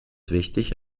wichtig